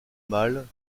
mâle